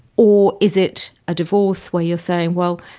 or is it a divorce where you're saying, well,